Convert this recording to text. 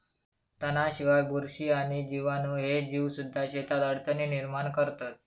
तणांशिवाय, बुरशी आणि जीवाणू ह्ये जीवसुद्धा शेतात अडचणी निर्माण करतत